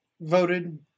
voted